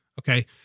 Okay